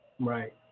Right